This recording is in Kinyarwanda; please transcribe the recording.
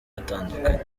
atandukanye